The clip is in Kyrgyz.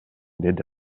деди